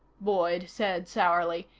boyd said sourly.